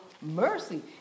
mercy